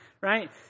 right